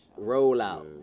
rollout